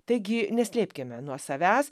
taigi neslėpkime nuo savęs